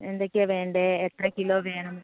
എന്തൊക്കയാണ് വേണ്ടത് എത്ര കിലൊ വേണം